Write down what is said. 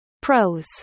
Pros